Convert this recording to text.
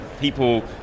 people